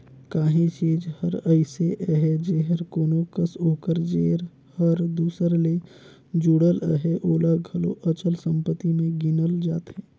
काहीं चीज हर अइसे अहे जेहर कोनो कस ओकर जेर हर दूसर ले जुड़ल अहे ओला घलो अचल संपत्ति में गिनल जाथे